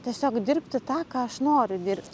tiesiog dirbti tą ką aš noriu dirb